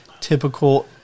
typical